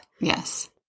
Yes